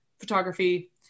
photography